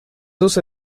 also